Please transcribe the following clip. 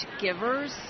givers